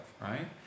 right